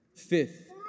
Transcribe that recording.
Fifth